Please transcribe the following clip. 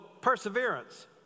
perseverance